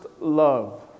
love